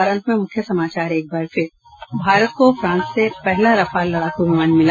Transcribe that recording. और अब अंत में मुख्य समाचार भारत को फ्रांस से पहला रफाल लड़ाकू विमान मिला